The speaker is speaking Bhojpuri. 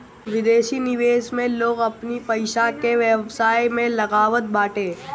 विदेशी निवेश में लोग अपनी पईसा के व्यवसाय में लगावत बाटे